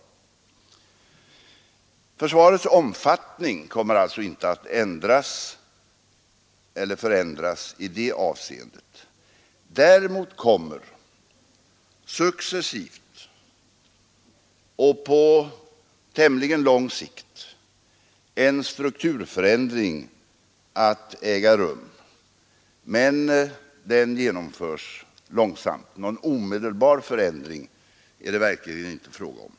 Försvarets omfattning kommer alltså inte att förändras i det avseendet. Däremot kommer successivt och på tämligen lång sikt en strukturförändring att äga rum, men den genomförs långsamt. Någon omedelbar förändring är det verkligen inte fråga om.